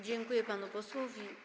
Dziękuję panu posłowi.